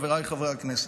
חבריי חברי הכנסת,